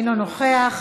אינו נוכח,